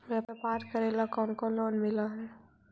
व्यापार करेला कौन कौन लोन मिल हइ?